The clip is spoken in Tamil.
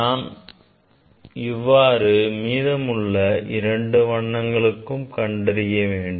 நாம் இவ்வாறு மீதமுள்ள 2 வண்ணங்களுக்கும் கண்டறிய வேண்டும்